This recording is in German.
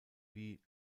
wie